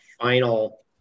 final